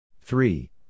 three